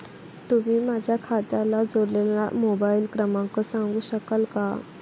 तुम्ही माझ्या खात्याला जोडलेला मोबाइल क्रमांक सांगू शकाल का?